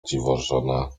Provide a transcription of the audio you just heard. dziwożona